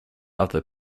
other